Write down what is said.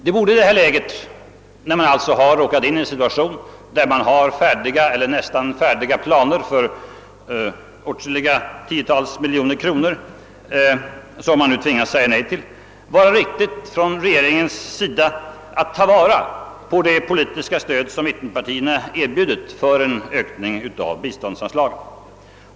Det borde i detta läge, när man alltså råkat in i en situation där man har färdiga eller nästan färdiga planer för åtskilliga tiotal miljoner kronor som man tvingas säga nej till, vara en riktig åtgärd från regeringens sida att ta vara på det politiska stöd som mittenpartierna erbjudit för en ökning av biståndsanslagen.